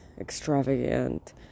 extravagant